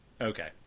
okay